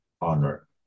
honor